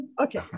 Okay